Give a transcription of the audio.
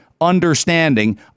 understanding